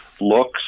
looks